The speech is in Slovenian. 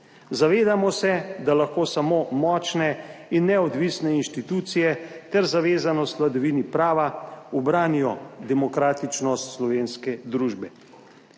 Zavedamo se, da lahko samo močne in neodvisne institucije ter zavezanost vladavini prava ubranijo demokratičnost slovenske družbe.